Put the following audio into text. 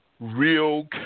real